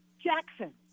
Jackson